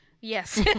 Yes